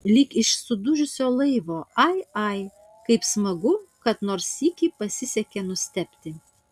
lyg iš sudužusio laivo ai ai kaip smagu kad nors sykį pasisekė nustebti